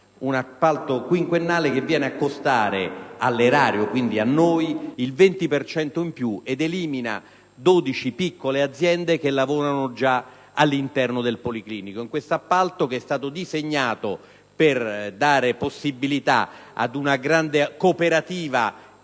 «La Sapienza», che viene a costare all'Erario, quindi a noi, il 20 per cento in più ed elimina 12 piccole aziende che lavorano già all'interno del Policlinico. Tutto ciò è stato progettato per dare la possibilità ad una grande cooperativa